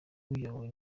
iyobowe